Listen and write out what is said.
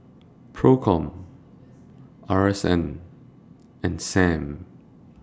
PROCOM R S N and SAM